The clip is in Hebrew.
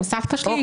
סבתא שלי?